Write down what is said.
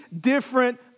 different